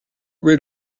rid